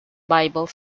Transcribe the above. bible